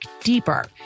deeper